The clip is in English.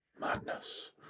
madness